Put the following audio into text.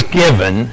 given